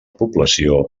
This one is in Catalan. població